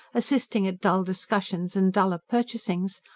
assisting at dull discussions and duller purchasings,